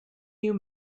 you